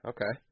Okay